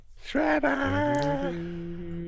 Shredder